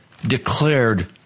declared